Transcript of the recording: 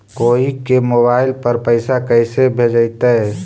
कोई के मोबाईल पर पैसा कैसे भेजइतै?